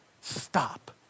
Stop